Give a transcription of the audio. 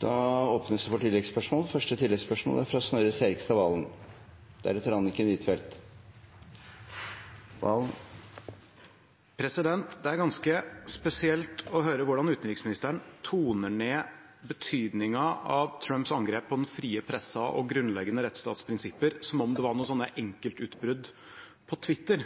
åpnes for oppfølgingsspørsmål – først Snorre Serigstad Valen. Det er ganske spesielt å høre hvordan utenriksministeren toner ned betydningen av Trumps angrep på den frie pressa og grunnleggende rettsstatsprinsipper, som om det var noen enkeltutbrudd på Twitter,